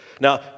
Now